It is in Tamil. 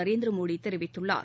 நரேந்திர மோடி தெரிவித்துள்ளார்